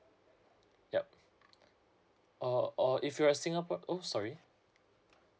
yup or or if you're a singapore oh sorry